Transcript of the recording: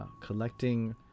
collecting